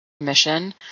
mission